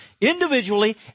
individually